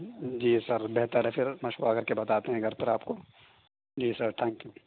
جی sir بہتر ہے پھر مشورہ کر کے بتاتے ہیں گھر پر آپ کو جی سر تھینک یو